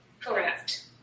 Correct